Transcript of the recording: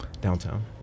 downtown